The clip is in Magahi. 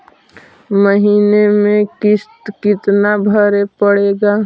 महीने में किस्त कितना भरें पड़ेगा?